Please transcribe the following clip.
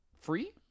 free